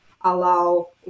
allow